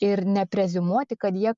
ir nepreziumuoti kad jie